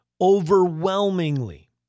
overwhelmingly